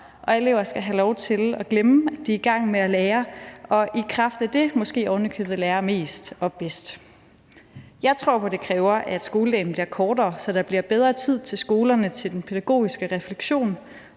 og elever skal have lov til at glemme, at de er i gang med at lære, og i kraft af det måske ovenikøbet lære mest og bedst. Jeg tror på, at det kræver, at skoledagen bliver kortere, så der bliver bedre tid på skolerne til den pædagogiske refleksion